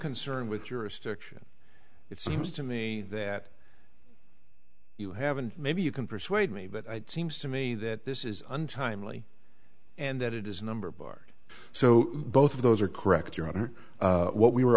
concerned with your restriction it seems to me that you haven't maybe you can persuade me but seems to me that this is untimely and that it is number bar so both of those are correct your honor what we were